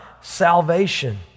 salvation